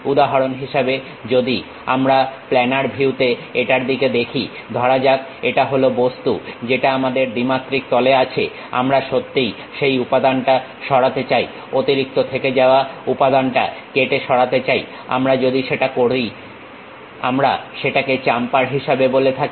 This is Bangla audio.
উদাহরণ হিসেবেযদি আমরা প্ল্যানার ভিউ তে এটার দিকে দেখি ধরা যাক এটা হল বস্তু যেটা আমাদের দ্বিমাত্রিক তলে আছে আমরা সত্যিই সেই উপাদানটা সরাতে চাই অতিরিক্ত থেকে যাওয়া উপাদানটা কেটে সরাতে চাই আমরা যদি সেটা করেই আমরা সেটাকে চাম্পার হিসাবে বলে থাকি